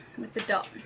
with the dot.